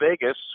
Vegas